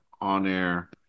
on-air